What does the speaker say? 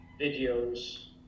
videos